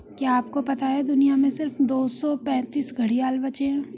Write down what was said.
क्या आपको पता है दुनिया में सिर्फ दो सौ पैंतीस घड़ियाल बचे है?